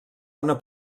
una